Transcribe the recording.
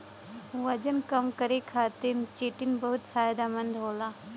वजन कम करे खातिर चिटिन बहुत फायदेमंद होला